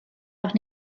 doch